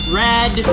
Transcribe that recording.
red